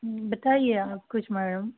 बताइए आप कुछ मैडम